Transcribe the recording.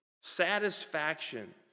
Satisfaction